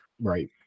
right